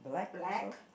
black